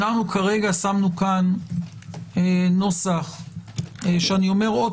אנו כרגע שמנו כאן נוסח שאני אומר שוב